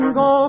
go